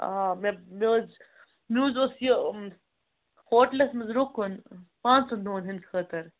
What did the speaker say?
آ مےٚ مےٚ حظ مےٚ حظ اوس یہِ ہوٹلَس منٛز رُکُن پانٛژَن دۄہَن ہٕنٛدۍ خٲطرٕ